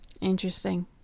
interesting